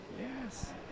Yes